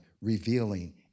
revealing